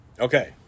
Okay